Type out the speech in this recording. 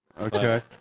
Okay